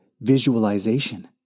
visualization